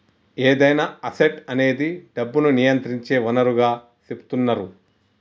ఏదైనా అసెట్ అనేది డబ్బును నియంత్రించే వనరుగా సెపుతున్నరు